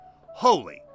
holy